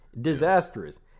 disastrous